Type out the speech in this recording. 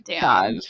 God